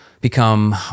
become